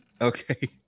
Okay